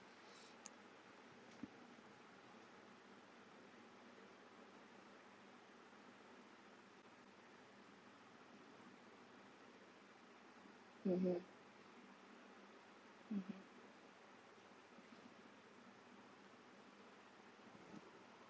mmhmm mmhmm